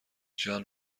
جان